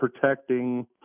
protecting